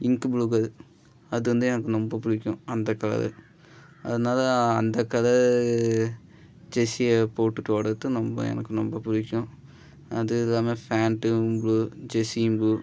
ink ப்ளூக்கு அது அது வந்து எனக்கு ரொம்பப் பிடிக்கும் அந்தக் கலரு அதனால் அந்தக் கலரு ஜெர்சியை போட்டுட்டு ஓடுறத்து நொம்ப எனக்கு ரொம்பப் பிடிக்கும் அது இல்லாமல் ஃபேண்ட்டும் ப்ளூ ஜெர்சியும் ப்ளூ